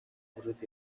хүрээд